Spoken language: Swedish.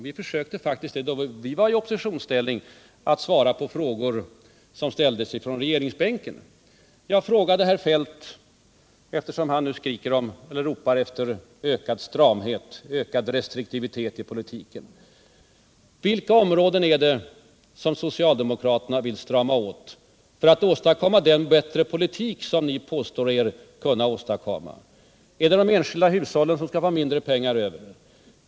Vi försökte faktiskt då vi var i oppositionsställning att svara på frågor som ställdes från regeringsbänken. Jag frågade herr Feldt, eftersom han nu ropar efter ökad stramhet, ökad restriktivitet i politiken: Vilka områden är det som socialdemokraterna vill strama åt för att åstadkomma den bättre politik ni påstår er kunna åstadkomma? Är det de enskilda hushållen som skall få mindre pengar över?